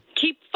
Keep